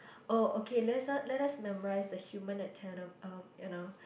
oh okay let's let us memorise the human anat~ um you know